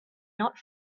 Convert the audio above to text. not